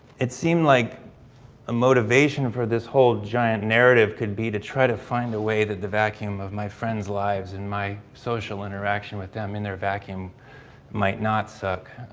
it seemed like a motivation for this whole giant narrative could be to try to find a way that the vacuum of my friends' lives in my social interaction with them in their vacuum might not suck.